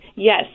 Yes